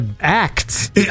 acts